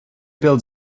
build